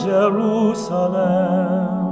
Jerusalem